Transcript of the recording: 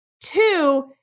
two